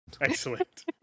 Excellent